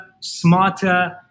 smarter